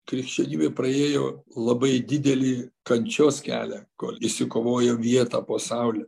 krikščionybė praėjo labai didelį kančios kelią kol išsikovojo vietą po saule